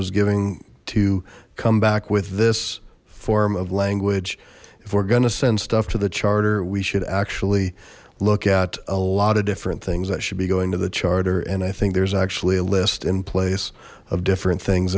was giving to come back with this form of language if we're going to send stuff to the charter we should actually look at a lot of different things i should be going to the charter and i think there's actually a list in place of different things